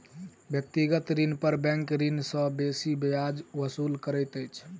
व्यक्तिगत ऋण पर बैंक ऋणी सॅ बेसी ब्याज वसूल करैत अछि